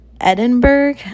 Edinburgh